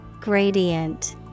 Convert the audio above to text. Gradient